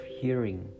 hearing